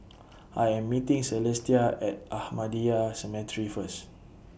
I Am meeting Celestia At Ahmadiyya Cemetery First